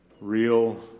real